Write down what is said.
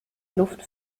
luft